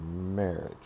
marriage